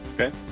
Okay